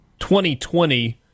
2020